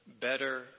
better